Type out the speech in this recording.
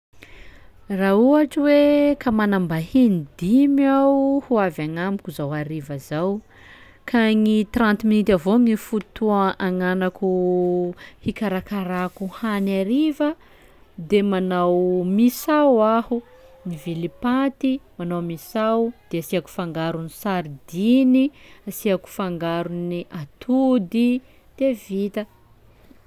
Raha ohatry hoe ka manam-bahiny dimy aho ho avy agn'amiko zao hariva zao ka gny trente minuty avao gny fotoa agnanako hikarakarako hany hariva de manao misao aho; mivily paty, manao misao, de asiako fangarony sardiny, asiako fangarony atody, de vita.